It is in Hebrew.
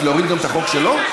אז להוריד גם את החוק שלו?